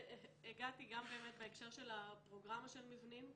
הגעתי גם בהקשר של הפרוגרמה של מבנים,